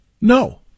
No